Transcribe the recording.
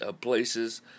places